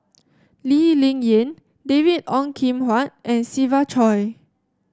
Lee Ling Yen David Ong Kim Huat and Siva Choy